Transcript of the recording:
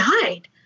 died